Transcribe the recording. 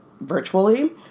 virtually